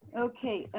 okay.